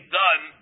done